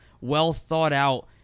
well-thought-out